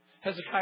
Hezekiah